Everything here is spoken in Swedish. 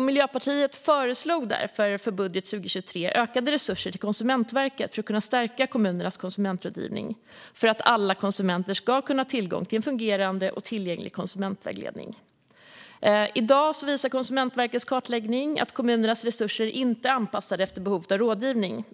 Miljöpartiet föreslog därför i budgeten för 2023 ökade resurser till Konsumentverket för att stärka kommunernas konsumentrådgivning så att alla konsumenter kan få tillgång till en fungerande och tillgänglig konsumentvägledning. I dag visar Konsumentverkets kartläggning att kommunernas resurser inte är anpassade efter behovet av rådgivning.